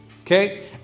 Okay